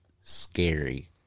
scary